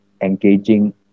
engaging